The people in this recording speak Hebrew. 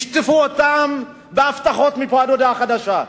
שטפו אותם בהבטחות מפה ועד להודעה חדשה,